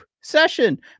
session